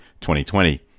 2020